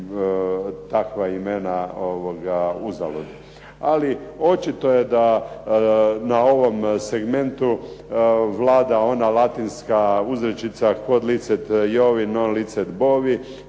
takva imena uzalud. Ali očito je da na ovom segmentu vlada ona latinska uzrečica „quod licet jovi, non licet bovi“.